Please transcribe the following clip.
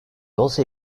also